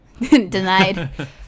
Denied